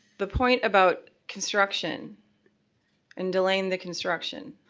the point about construction and delaying the construction,